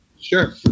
Sure